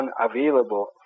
unavailable